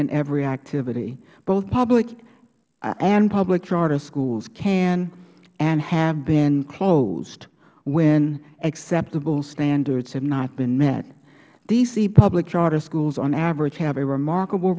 in every activity both public and public charter schools can and have been closed when acceptable standards have not been met d c public charter schools on average have a remarkable